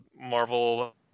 Marvel